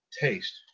taste